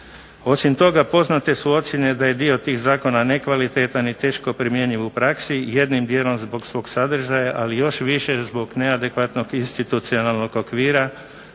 Osim toga poznate su ocjene da je dio tih zakona nekvalitetan i teško primjenjiv u praksi, jednim dijelom zbog svog sadržaja, ali još više zbog neadekvatnog institucionalnog okvira,